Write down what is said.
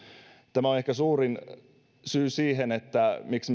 tämä on ehkä suurin syy siihen miksi